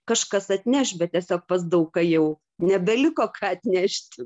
kažkas atneš bet tiesiog pas daug ką jau nebeliko ką atnešti